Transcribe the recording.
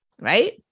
Right